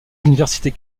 universités